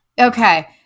Okay